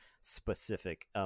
specific